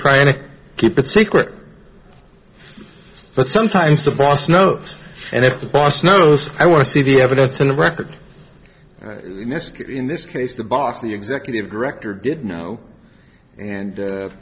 trying to keep it secret but sometimes the boss knows and if the boss knows i want to see the evidence and record in this case the boss the executive director did know and